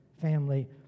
family